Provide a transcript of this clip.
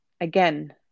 again